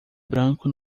branco